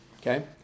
Okay